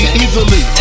easily